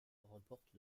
remporte